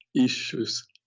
issues